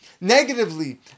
negatively